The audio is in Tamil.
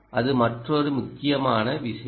அது மற்றொரு முக்கியமான விஷயம்